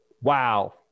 Wow